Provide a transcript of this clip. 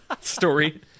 story